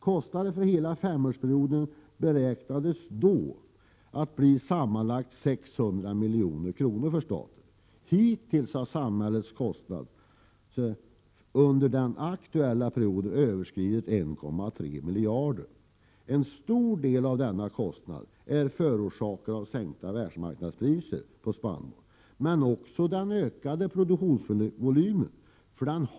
Kostnaden för hela femårsperioden beräknades då till sammanlagt 600 milj.kr. för staten. Hittills har samhällets kostnad under den aktuella perioden överskridit 1,3 miljarder. En stor del av denna kostnad är förorsakad av sänkta världsmarknadspriser på spannmål. Men också den ökade produktionsvolymen har medverkat.